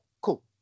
Cool